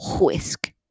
whisk